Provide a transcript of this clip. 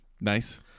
Nice